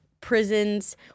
prisons